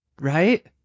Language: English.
right